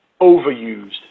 overused